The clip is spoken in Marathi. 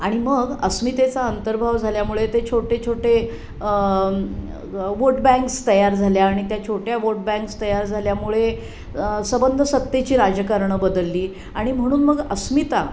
आणि मग अस्मितेचा अंतर्भाव झाल्यामुळे ते छोटे छोटे वोट बँक्स तयार झाल्या आणि त्या छोट्या वोट बँक्स तयार झाल्यामुळे सबंध सत्तेची राजकारणं बदलली आणि म्हणून मग अस्मिता